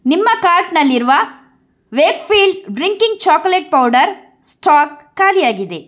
ನಿಮ್ಮ ಕಾರ್ಟ್ನಲ್ಲಿರುವ Wakefield drinking chocolate powder stock ಖಾಲಿಯಾಗಿದೆ